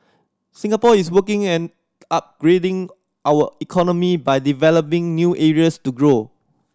Singapore is working an upgrading our economy by developing new areas to grow